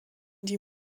die